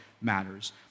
matters